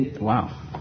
Wow